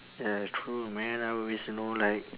ya true man I always you know like